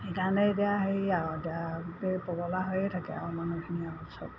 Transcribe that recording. সেইকাৰণে এতিয়া হেৰি আৰু এতিয়া এই পগলা হৈয়ে থাকে আৰু মানুহখিনি আৰু চব